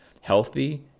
healthy